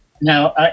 Now